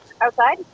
Outside